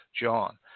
John